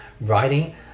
writing